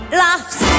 laughs